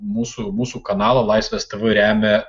mūsų mūsų kanalą laisvės tv remia